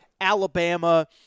Alabama